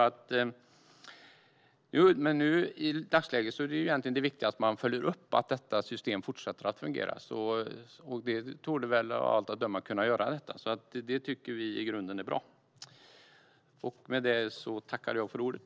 I dagsläget är det viktiga egentligen att man följer upp att systemet fortsätter att fungera, och det torde det av allt att döma kunna göra. Det tycker vi i grunden är bra.